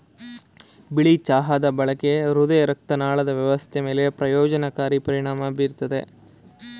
ಬಿಳಿ ಚಹಾದ ಬಳಕೆ ಹೃದಯರಕ್ತನಾಳದ ವ್ಯವಸ್ಥೆ ಮೇಲೆ ಪ್ರಯೋಜನಕಾರಿ ಪರಿಣಾಮ ಬೀರ್ತದೆ